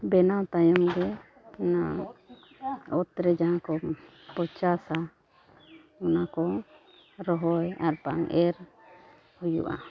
ᱵᱮᱱᱟᱣ ᱛᱟᱭᱚᱢᱜᱮ ᱚᱱᱟ ᱚᱛᱚ ᱨᱮ ᱡᱟᱦᱟᱸ ᱠᱚ ᱪᱟᱥᱟ ᱚᱱᱟ ᱠᱚ ᱨᱚᱦᱚᱭ ᱟᱨ ᱵᱟᱝ ᱮᱨ ᱦᱩᱭᱩᱜᱼᱟ